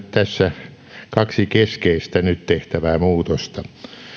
tässä kaksi keskeistä nyt tehtävää muutosta